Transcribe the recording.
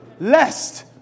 Lest